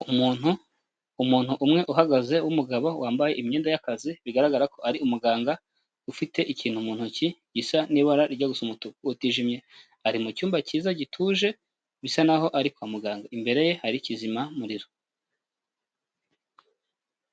Umuntu, umuntu umwe uhagaze w'umugabo wambaye imyenda y'akazi bigaragara ko ari umuganga, ufite ikintu mu ntoki gisa n'ibara rijya gusa umutuku utijimye, ari mu cyumba cyiza gituje bisa naho ari kwa muganga. Imbere ye hari kizima muririro.